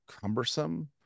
cumbersome